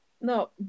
No